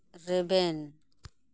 ᱨᱮᱵᱮᱱ